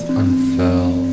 unfurl